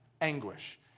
anguish